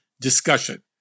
discussion